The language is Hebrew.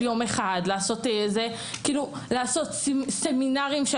לא של יום אחד אלא לעשות סמינרים של